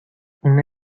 una